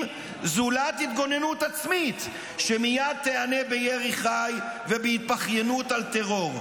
זולת התגוננות עצמית שמיד תיענה בירי חי ובהתבכיינות על טרור.